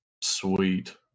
Sweet